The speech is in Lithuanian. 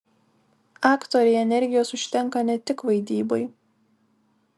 aktorei energijos užtenka ne tik vaidybai